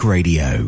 Radio